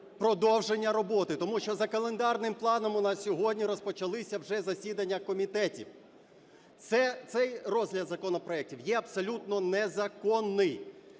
продовження роботи, тому що за календарним планом у нас сьогодні розпочалися вже засідання комітетів. Цей розгляд законопроектів є абсолютно незаконний.